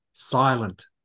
silent